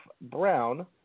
Brown